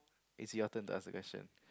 it's your turn to ask a question